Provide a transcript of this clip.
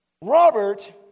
Robert